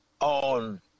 on